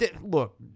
look